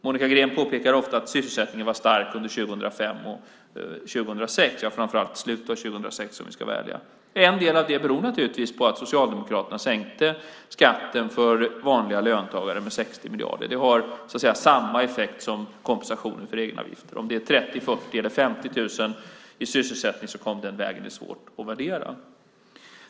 Monica Green påpekar ofta att sysselsättningen var stark under 2005 och 2006 - kanske framför allt under slutet av 2006, om vi ska vara ärliga. En del av det beror naturligtvis på att Socialdemokraterna sänkte skatten för vanliga löntagare med 60 miljarder. Det har så att säga samma effekt som kompensationen för egenavgifter. Om det var 30 000, 40 000 eller 50 000 som kom i sysselsättning den vägen är svårt att värdera.